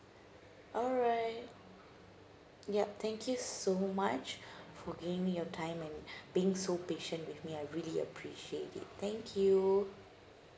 alright yup thank you so much for giving me your time and being so patient with me I really appreciate it thank you